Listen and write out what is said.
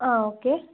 ಆಂ okay